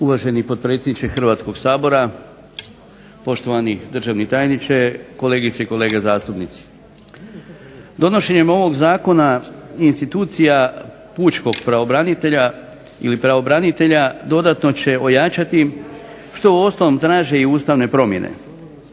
Uvaženi potpredsjedniče Hrvatskoga sabora, poštovani državni tajniče, kolegice i kolege zastupnici. Donošenjem ovog zakona i institucija pučkog pravobranitelja ili pravobranitelja dodatno će ojačati što uostalom traže i ustavne promjene